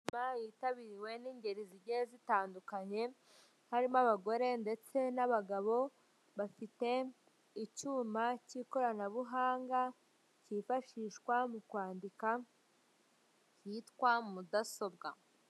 Inama yitabiriwe n'ingeri zigiye zitandukanye, harimo abagore ndetse n'abagabo bafite icyuma cy'ikoranabuhanga cyifashishwa mu kwandika yitwa mudasobwa.